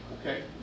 Okay